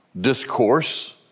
discourse